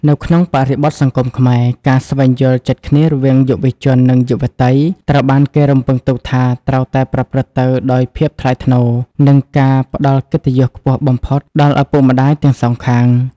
នៅក្នុងបរិបទសង្គមខ្មែរ ការស្វែងយល់ចិត្តគ្នារវាងយុវជន និងយុវតី ត្រូវបានគេរំពឹងទុកថាត្រូវតែប្រព្រឹត្តទៅដោយភាពថ្លៃថ្នូរ និងការផ្ដល់កិត្តិយសខ្ពស់បំផុតដល់ឪពុកម្ដាយទាំងសងខាង។